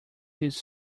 this